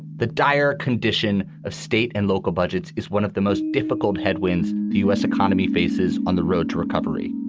the dire condition of state and local budgets is one of the most difficult headwinds the u s. economy faces on the road to recovery.